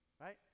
Right